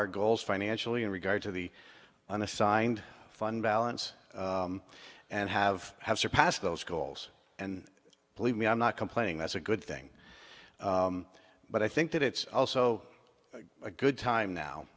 our goals financially in regard to the unassigned fund balance and have have surpassed those goals and believe me i'm not complaining that's a good thing but i think that it's also a good time now